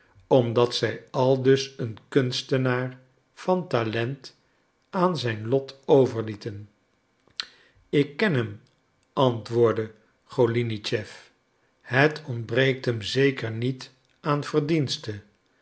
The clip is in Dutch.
omdat zij aldus een kunstenaar van talent aan zijn lot overlieten ik ken hem antwoordde golinitschef het ontbreekt hem zeker niet aan verdienste